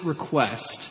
request